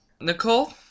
Nicole